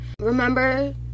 Remember